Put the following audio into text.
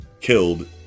killed